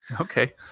Okay